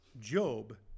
Job